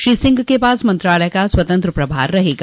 श्री सिंह के पास मंत्रालय का स्वतंत्र प्रभार रहेगा